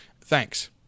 thanks